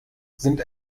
sind